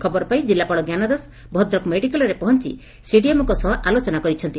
ଖବର ପାଇ ଜିଲ୍ଲାପାଳ ଭଦ୍ରକ ମେଡ଼ିକାଲରେ ପହଞ୍ ସିଡିଏମ୍ଓଙ୍କ ସହ ଆଲୋଚନା କରିଛନ୍ତି